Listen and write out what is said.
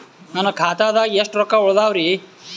ನನ್ನ ಖಾತಾದಾಗ ಎಷ್ಟ ರೊಕ್ಕ ಉಳದಾವರಿ?